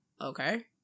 okay